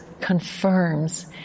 confirms